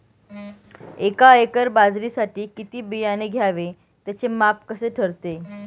एका एकर बाजरीसाठी किती बियाणे घ्यावे? त्याचे माप कसे ठरते?